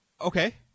Okay